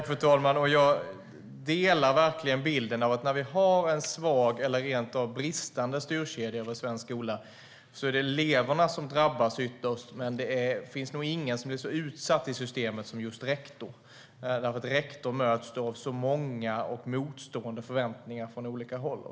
Fru talman! Jag delar verkligen bilden; när vi har en svag eller rent av bristande styrkedja i svensk skola är det ytterst eleverna som drabbas, men det finns nog ingen som är så utsatt i systemet som just rektorn, eftersom rektorn möts av så många och motstående förväntningar från olika håll.